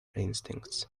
instincts